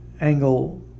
angle